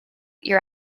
your